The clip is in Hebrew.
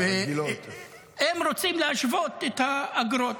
והם רוצים להשוות את האגרות.